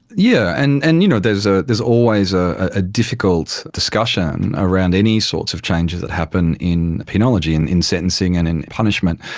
yeah and and you know there's ah there's always a ah difficult discussion around any sorts of changes that happen in penology, and in sentencing and in punishment.